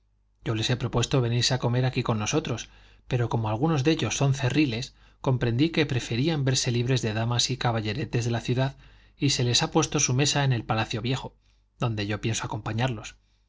yo les he propuesto venirse a comer aquí con nosotros pero como algunos de ellos son cerriles comprendí que preferían verse libres de damas y caballeretes de la ciudad y se les ha puesto su mesa en el palacio viejo donde yo pienso acompañarlos